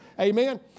Amen